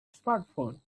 smartphone